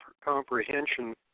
comprehension